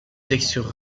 texture